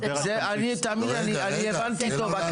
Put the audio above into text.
תאמין לי, אני הבנתי טוב.